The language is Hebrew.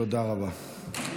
תודה רבה.